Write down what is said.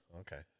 Okay